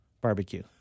barbecue